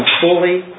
fully